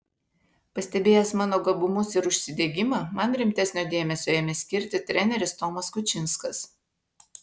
pastebėjęs mano gabumus ir užsidegimą man rimtesnio dėmesio ėmė skirti treneris tomas kučinskas